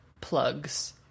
plugs